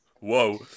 Whoa